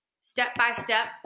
step-by-step